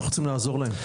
אנחנו צריכים לעזור להם.